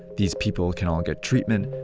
these people can all get treatment,